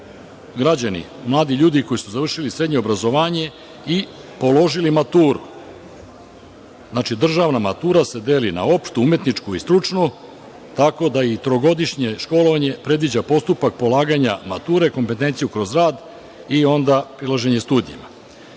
građani, mladi ljudi koji su završili srednje obrazovanje i položili maturu. Znači, državna matura se deli na opštu, umetničku i stručnu, tako da i trogodišnje školovanje predviđa postupak polaganja mature, kompetenciju kroz rad i onda prilaženje studijima. Novine